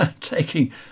taking